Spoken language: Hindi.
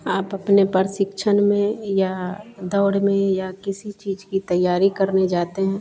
आप अपने प्रशिक्षण में या दौड़ में या किसी चीज़ की तैयारी करने जाते हैं